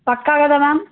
పక్కా కదా మ్యామ్